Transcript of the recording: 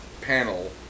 panel